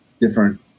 different